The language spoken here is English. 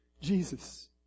Jesus